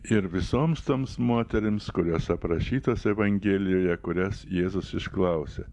ir visoms toms moterims kurios aprašytos evangelijoje kurias jėzus išklausė